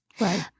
Right